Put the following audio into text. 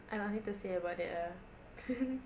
I have nothing to say about that ah